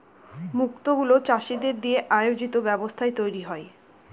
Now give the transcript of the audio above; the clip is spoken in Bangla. মুক্ত গুলো চাষীদের দিয়ে আয়োজিত ব্যবস্থায় তৈরী হয়